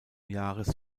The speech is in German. jahres